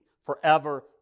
forever